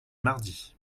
mardi